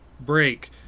break